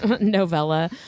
novella